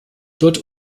dort